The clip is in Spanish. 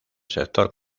sector